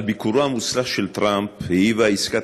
על ביקורו המוצלח של טראמפ העיבה עסקת